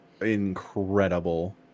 incredible